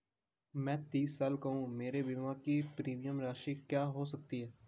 मैं तीस साल की हूँ मेरे बीमे की प्रीमियम राशि क्या हो सकती है?